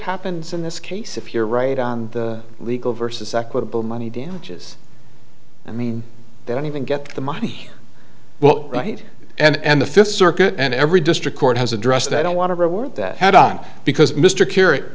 happens in this case if you're right on the legal versus equitable money damages i mean they don't even get the money well right and the fifth circuit and every district court has addressed i don't want to reward that head on because mr